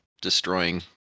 destroying